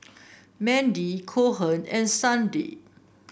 Mandy Cohen and Sunday